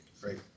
Great